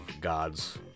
gods